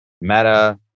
Meta